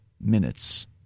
minutes